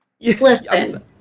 listen